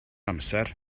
amser